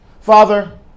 Father